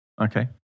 okay